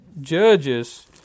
Judges